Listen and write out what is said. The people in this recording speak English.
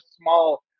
small